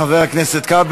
תודה רבה לך, חבר הכנסת כבל.